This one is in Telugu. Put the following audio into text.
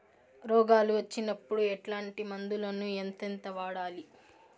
రోగాలు వచ్చినప్పుడు ఎట్లాంటి మందులను ఎంతెంత వాడాలి?